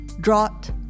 drought